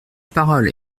parole